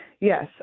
Yes